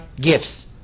gifts